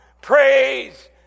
Praise